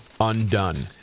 undone